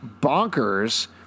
bonkers